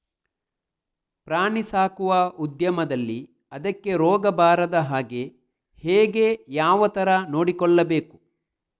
ಪ್ರಾಣಿ ಸಾಕುವ ಉದ್ಯಮದಲ್ಲಿ ಅದಕ್ಕೆ ರೋಗ ಬಾರದ ಹಾಗೆ ಹೇಗೆ ಯಾವ ತರ ನೋಡಿಕೊಳ್ಳಬೇಕು?